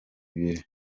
ibiri